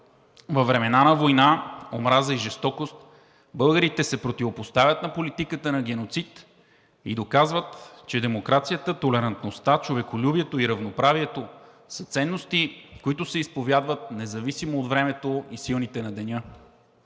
Във времена на война, омраза и жестокост българите се противопоставят на политиката на геноцид и доказват, че демокрацията, толерантността, човеколюбието и равноправието са ценности, които се изповядват независимо от времето и силните на деня.